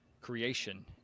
creation